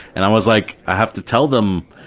and i was like, i have to tell them,